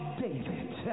David